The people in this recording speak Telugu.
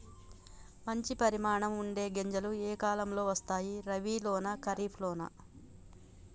మంచి పరిమాణం ఉండే గింజలు ఏ కాలం లో వస్తాయి? రబీ లోనా? ఖరీఫ్ లోనా?